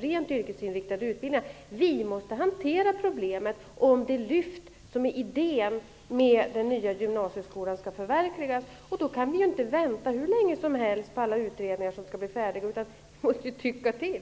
rent yrkesinriktade utbildningar. Vi måste hantera problemet för att det lyft som är idén med den nya gymnasieskolan skall kunna förverkligas. Men vi kan inte vänta hur länge som helst på alla utredningar som skall bli färdiga, utan vi måste ju tycka till.